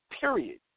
Period